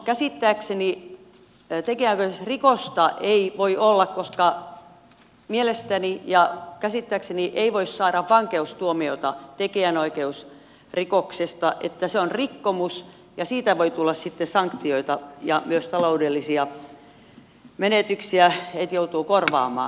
käsittääkseni tekijänoikeusrikosta ei voi olla koska mielestäni ja käsittääkseni ei voi saada vankeustuomiota tekijänoikeusrikoksesta se on rikkomus ja siitä voi tulla sitten sanktioita ja myös taloudellisia menetyksiä joutuu korvaamaan